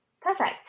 Perfect